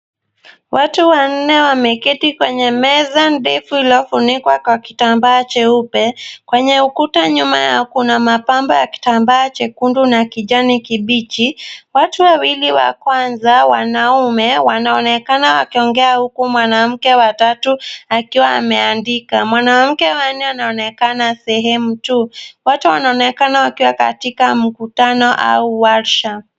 Watu wanne wameketi kwenye meza ndefu lililofunikwa kwa kitambaa cheupe. Kwenye ukuta nyuma yao kuna mapambo ya kitambaa chekundu na kijani kibichi. Watu wawili wa kwanza wanaume wanaonekana wakiongea huku mwanamke wa tatu akiwa anaandika. Mwanamke wa nne anaonekana sehemu tu. Watu wanaonekana wakiwa katika makutano au wallsham .